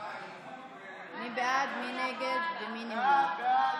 מי בעד, מי נגד, מי נמנע?